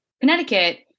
Connecticut